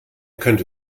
könnte